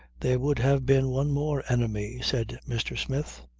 there would have been one more enemy, said mr. smith.